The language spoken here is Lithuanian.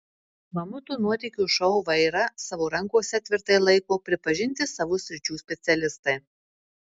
mamuto nuotykių šou vairą savo rankose tvirtai laiko pripažinti savo sričių specialistai